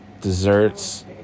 desserts